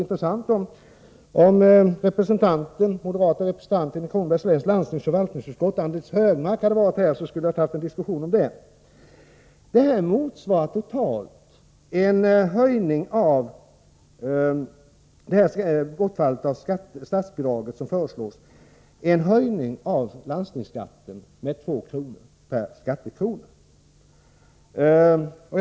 Om moderaternas representant i förvaltningsutskottet i Kronobergs läns landsting, Anders Högmark, hade varit här, skulle jag gärna ha diskuterat den saken med honom. Totalt motsvarar det föreslagna bortfallet av statsbidraget en höjning av landstingsskatten med 2 kr. per skattekrona.